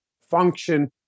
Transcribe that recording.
function